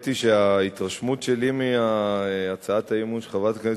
האמת היא שההתרשמות שלי מהצעת האי-אמון של חברת הכנסת